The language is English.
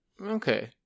Okay